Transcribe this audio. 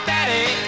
Daddy